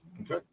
Okay